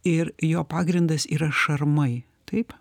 ir jo pagrindas yra šarmai taip